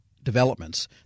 developments